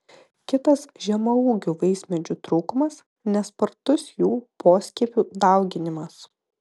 kitas žemaūgių vaismedžių trūkumas nespartus jų poskiepių dauginimas